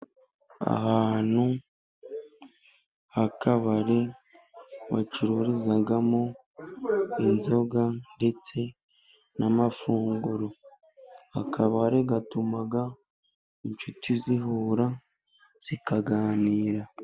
Ahantu h'akabare bacururizamo inzoga ndetse n'amafunguro, akabare gatuma inshuti zihura zikaganira.